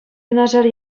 юнашар